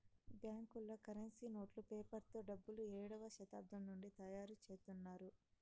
బ్యాంకులలో కరెన్సీ నోట్లు పేపర్ తో డబ్బులు ఏడవ శతాబ్దం నుండి తయారుచేత్తున్నారు